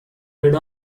with